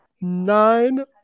Nine